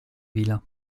ville